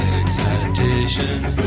excitations